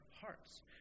hearts